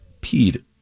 peed